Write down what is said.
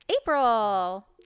April